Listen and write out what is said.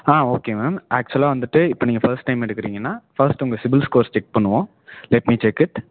ஆ okay ma'am ஆக்சுவலாக வந்துவிட்டு இப்போ நீங்கள் ஃபர்ஸ்ட் டைம் எடுக்குறீங்கன்னா ஃபர்ஸ்ட்டு உங்கள் சிபில் ஸ்கோர்ஸ் செக் பண்ணுவோம் லெட் மீ செக் இட்